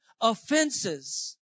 Offenses